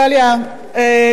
דליה,